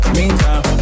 meantime